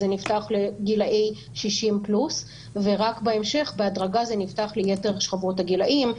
זה נפתח לגילאי 60 פלוס ורק בהמשך בהדרגה זה נפתח ליתר שכבות הגילאים,